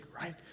right